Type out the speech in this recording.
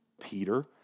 Peter